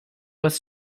was